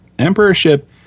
Emperorship